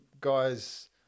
guys